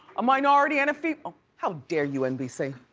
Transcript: a minority and a female, how dare you nbc.